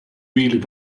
really